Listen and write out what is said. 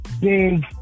big